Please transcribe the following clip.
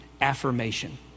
affirmation